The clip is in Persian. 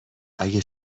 اگه